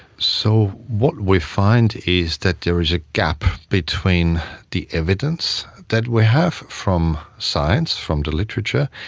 so what we find is that there is a gap between the evidence that we have from science, from the literature,